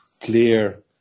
clear